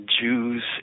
Jews